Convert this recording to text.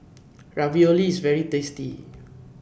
Ravioli IS very tasty